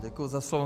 Děkuji za slovo.